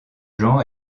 jean